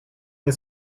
nie